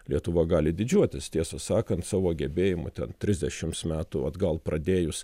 lietuva gali didžiuotis tiesą sakant savo gebėjimu ten trisdešims metų atgal pradėjus